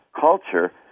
culture